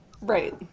Right